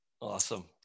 awesome